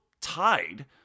tied